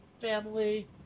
family